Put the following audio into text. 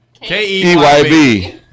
K-E-Y-B